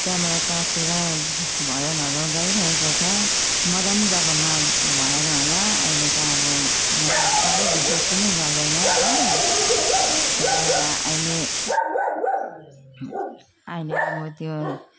त्यहाँबाट चर्चतिर भजनहरू गाइरहेको छ मर्डन जमाना भएर होला अहिले त अब मान्छेले साह्रै विश्वास पनि गर्दैन हो त्यहाँबाट अहिले अहिले अब त्यो